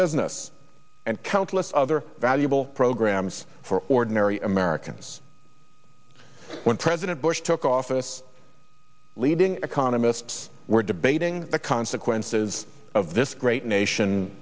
business and countless other valuable programs for ordinary americans when president bush took office leading economists were debating the consequences of this great nation